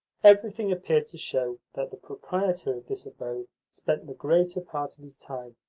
everything appeared to show that the proprietor of this abode spent the greater part of his time,